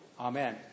Amen